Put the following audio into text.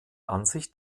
ansicht